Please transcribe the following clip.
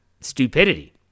stupidity